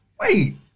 Wait